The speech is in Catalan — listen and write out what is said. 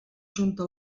junta